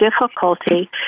difficulty